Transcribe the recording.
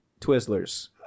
Twizzlers